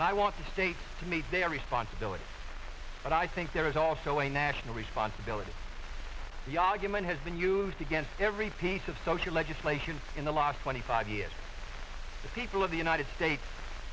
and i want the states to make their responsibility but i think there is also a national responsibility the argument has been used against every piece of social legislation in the last twenty five years the people of the united states